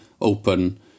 open